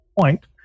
point